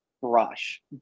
brush